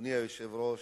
אדוני היושב-ראש,